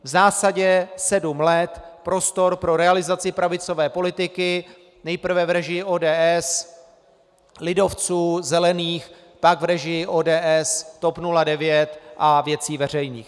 V zásadě sedm let prostor pro realizaci pravicové politiky, nejprve v režii ODS, lidovců, zelených, pak v režii ODS, TOP 09 a Věcí veřejných.